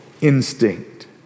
instinct